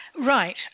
Right